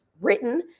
written